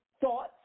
thoughts